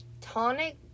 tonic